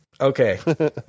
Okay